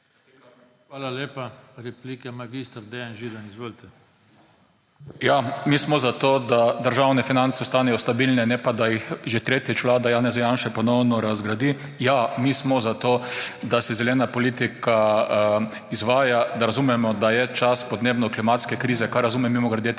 Hvala lepa. Repliko mag. Dejan Židan. Izvolite. MAG. DEJAN ŽIDAN (PS SD): Ja, mi smo za to, da državne finance ostanejo stabilne, ne pa, da jih že tretjič vlada Janeza Janše ponovno razgradi. Ja, mi smo za to, da se zelena politika izvaja, razumemo, da je čas podnebne, klimatske krize, kar razume, mimogrede,